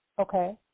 Okay